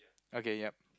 okay yup